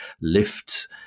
lift